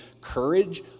courage